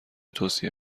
توصیه